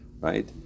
right